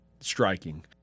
striking